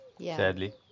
sadly